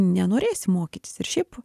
nenorėsi mokytis ir šiaip